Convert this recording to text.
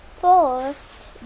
First